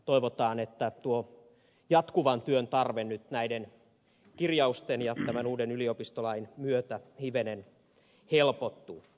toivotaan että tuo jatkuvan työn tarve nyt näiden kirjausten ja tämän uuden yliopistolain myötä hivenen helpottuu